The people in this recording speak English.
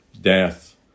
death